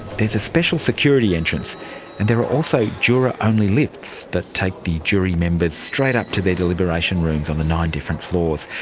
there's a special security entrance and there are also juror-only lifts that take the jury members straight up to their deliberation rooms on the nine different floors.